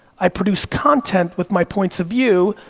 i produce content with my points of view,